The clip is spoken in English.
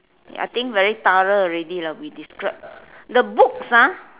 I think very thorough already lah we describe the books ah